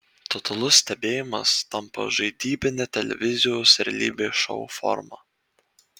totalus stebėjimas tampa žaidybine televizijos realybės šou forma